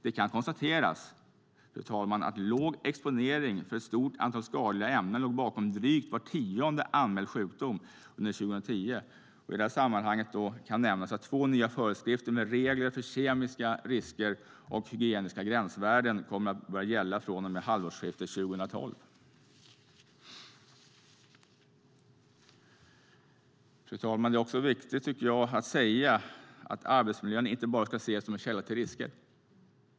Det kan konstateras att låg exponering för ett stort antal skadliga ämnen låg bakom drygt var tionde anmäld sjukdom under 2010. I detta sammanhang kan nämnas att två nya föreskrifter med regler om kemiska risker och hygieniska gränsvärden kommer att gälla från och med halvårsskiftet 2012. Fru talman! Jag tycker att det även är viktigt att säga att arbetsmiljön inte bara ska ses som en källa till risker.